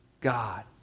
God